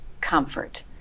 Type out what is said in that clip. comfort